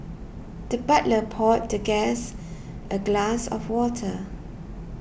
the butler poured the guest a glass of water